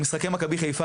במשחקי מכבי חיפה,